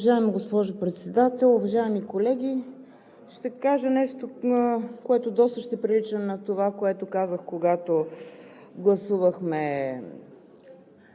Уважаема госпожо Председател, уважаеми колеги! Ще кажа нещо, което доста ще прилича на това, което казах, когато гласувахме